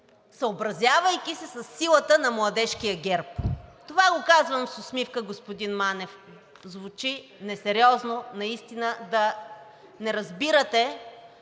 съобразявайки се със силата на Младежкия ГЕРБ. Това казвам с усмивка, господин Манев. Звучи несериозно наистина да не разбирате